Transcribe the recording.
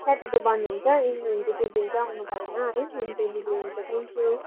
Saturday बन्द हुन्छ ए हुन्छ त्यो दिन चाहिँ आउनु भएन है थ्याङ्क यु